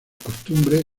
costumbres